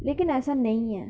लेकिन ऐसा निं ऐ